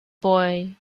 boy